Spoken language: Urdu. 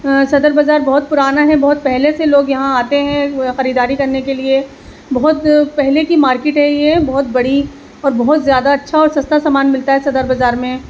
صدر بزار بہت پرانا ہے بہت پہلے سے لوگ یہاں آتے ہیں خریداری کرنے کے لیے بہت پہلے کی مارکیٹ ہے یہ بہت بڑی اور بہت زیادہ اچھا اور سستا سامان ملتا ہے صدر بزار میں